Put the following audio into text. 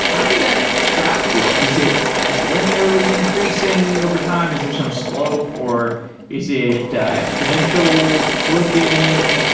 how does that graph look? is it just linearly increasing over time? is there some slope or is it exponential looking?